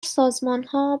سازمانها